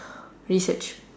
research